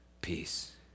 peace